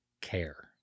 care